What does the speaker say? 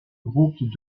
groupes